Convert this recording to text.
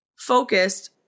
focused